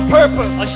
purpose